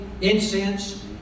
incense